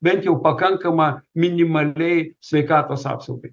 bent jau pakankamą minimaliai sveikatos apsaugai